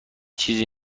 چیزی